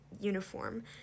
uniform